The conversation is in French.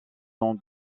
ans